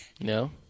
No